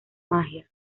magia